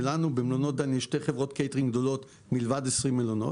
ולנו במלונות דן יש שתי חברות קייטרינג גדולות מלבד 20 מלונות